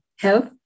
health